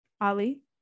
Ali